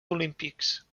olímpics